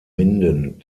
minden